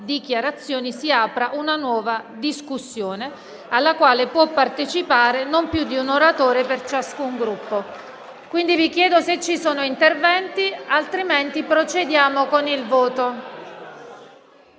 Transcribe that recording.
dichiarazioni si apra una nuova discussione, alla quale può partecipare non più di un oratore per ciascun Gruppo parlamentare». *(Commenti)*. Quindi, vi chiedo se ci sono interventi, altrimenti procediamo con il voto.